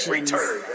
Return